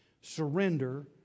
surrender